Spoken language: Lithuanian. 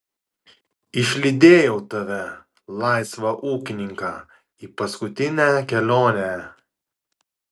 išlydėjau tave laisvą ūkininką į paskutinę kelionę